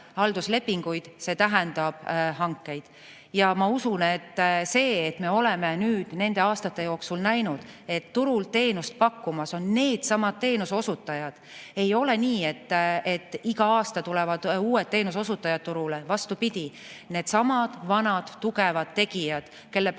halduslepinguid, see tähendab hankeid. Ja me oleme nüüd nende aastate jooksul näinud, et turul on teenust pakkumas needsamad teenuseosutajad. Ei ole nii, et igal aastal tulevad uued teenuseosutajad turule, vastupidi, needsamad vanad tugevad tegijad, kelle